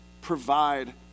provide